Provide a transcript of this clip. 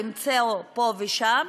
למצוא פה ושם.